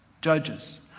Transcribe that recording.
Judges